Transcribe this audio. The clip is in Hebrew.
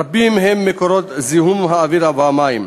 רבים הם מקורות זיהום האוויר והמים.